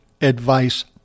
advice